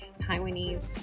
Taiwanese